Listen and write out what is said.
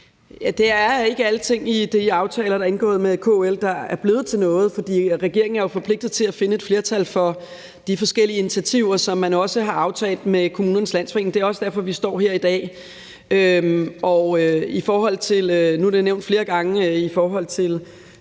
Det er ikke alle ting i de aftaler, der er indgået med KL, der er blevet til noget, fordi regeringen jo er forpligtet til at finde et flertal for de forskellige initiativer, som man også har aftalt med Kommunernes Landsforening. Det er også derfor, vi står her i dag. Nu er det med straffeattester